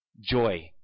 joy